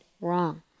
wrong